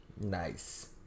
Nice